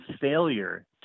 failure